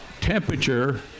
temperature